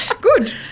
Good